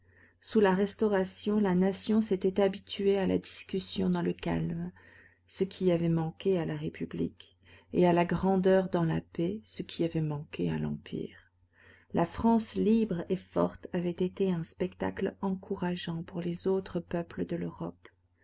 sous la restauration la nation s'était habituée à la discussion dans le calme ce qui avait manqué à la république et à la grandeur dans la paix ce qui avait manqué à l'empire la france libre et forte avait été un spectacle encourageant pour les autres peuples de l'europe